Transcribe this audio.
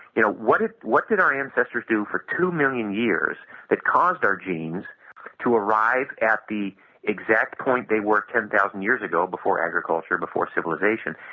you know what did what did our ancestors do for two million years that caused our genes to arrive at the exact point they were ten thousand years ago before agriculture, before civilization,